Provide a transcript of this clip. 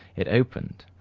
it opened,